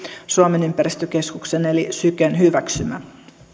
suomen ympäristökeskuksen eli syken hyväksymä